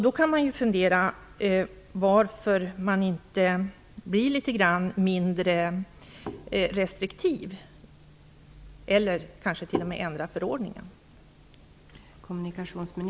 Då kan man ju fundera över varför man inte är litet mindre restriktiv och kanske t.o.m. ändrar i förordningen.